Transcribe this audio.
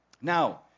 Now